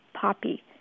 poppy